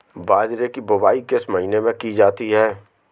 बाजरे की बुवाई किस महीने में की जाती है?